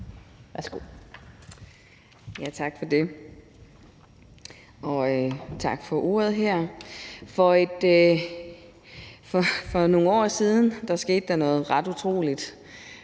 Tak for det, og tak for ordet. For nogle år siden skete der noget ret utroligt